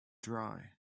dry